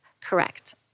Correct